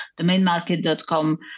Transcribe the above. domainmarket.com